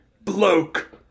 bloke